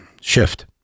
shift